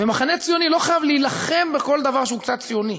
והמחנה הציוני לא חייב להילחם בכל דבר שהוא קצת ציוני.